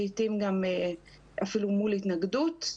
לעיתים גם אפילו מול התנגדות.